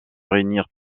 réunir